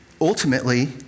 ultimately